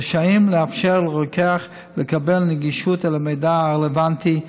רשאים לאפשר לרוקח לקבל גישה אל המידע הרלוונטי.